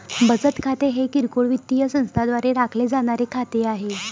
बचत खाते हे किरकोळ वित्तीय संस्थांद्वारे राखले जाणारे खाते आहे